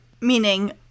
Meaning